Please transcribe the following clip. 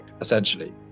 essentially